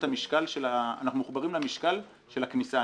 אנחנו מחוברים למשקל של הכניסה.